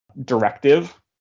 directive